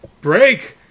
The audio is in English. break